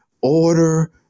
order